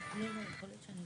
אני לא רוצה להפוך